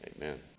Amen